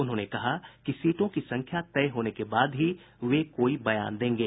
उन्होंने कहा कि सीटों की संख्या तय होने के बाद ही वे कोई बयान देंगे